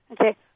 Okay